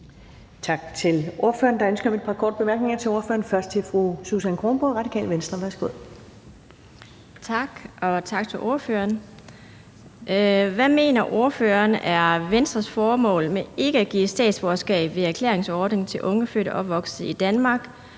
Tak til ordføreren. Der er ønske om et par korte bemærkninger til ordføreren. Først er det fru Susan Kronborg, Det Radikale Venstre. Værsgo. Kl. 11:50 Susan Kronborg (RV): Tak, og tak til ordføreren. Hvad mener ordføreren, at Venstres formål er med ikke at give statsborgerskab ved erklæringsordning til unge født og opvokset i Danmark?